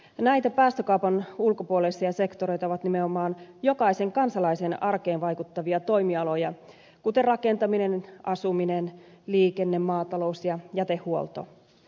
näitä päästökaupan ulkopuolisia sektoreita ovat nimenomaan jokaisen kansalaisen arkeen vaikuttavat toimialat kuten rakentaminen asuminen liikenne maatalous ja jätehuolto